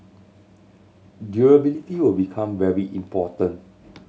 durability will become very important